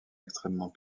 extrêmement